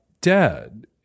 dead